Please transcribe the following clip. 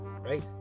Right